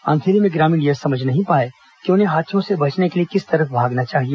अंधेरे में ग्रामीण यह समझ नहीं पाए कि उन्हें हाथियों से बचने के लिए किस तरफ भागना चाहिए